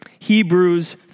Hebrews